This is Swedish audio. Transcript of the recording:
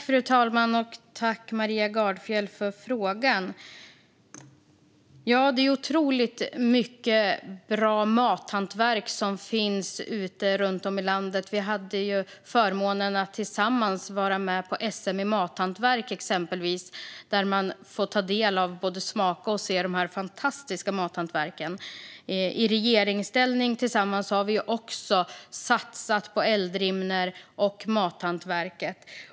Fru talman! Tack för frågan, Maria Gardfjell! Ja, det finns otroligt mycket bra mathantverk runt om i landet. Vi hade ju förmånen att tillsammans vara med på SM i mathantverk, exempelvis, där man fick ta del av - både se och smaka på - dessa fantastiska mathantverk. I regeringsställning har vi ju också satsat tillsammans på Eldrimner och mathantverket.